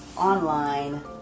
online